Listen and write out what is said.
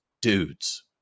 dudes